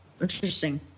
Interesting